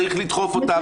צריך לדחוף אותן,